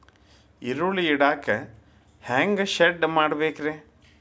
ಈರುಳ್ಳಿ ಇಡಾಕ ಹ್ಯಾಂಗ ಶೆಡ್ ಮಾಡಬೇಕ್ರೇ?